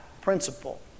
principle